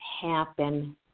happen